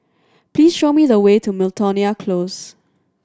please show me the way to Miltonia Close